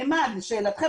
לשאלתכם,